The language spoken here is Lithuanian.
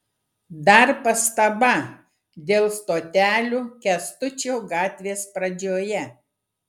dar pastaba dėl stotelių kęstučio gatvės pradžioje